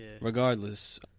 regardless